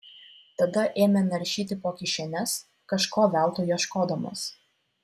tada ėmė naršyti po kišenes kažko veltui ieškodamas